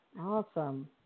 Awesome